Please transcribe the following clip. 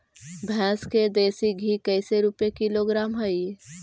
भैंस के देसी घी कैसे रूपये किलोग्राम हई?